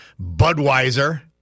Budweiser